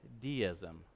deism